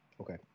Okay